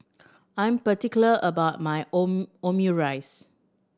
I am particular about my Omurice